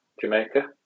Jamaica